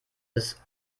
ist